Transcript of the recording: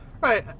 Right